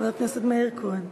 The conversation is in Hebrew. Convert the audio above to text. חבר הכנסת מאיר כהן.